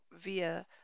via